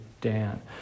Dan